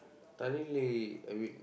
thoroughly every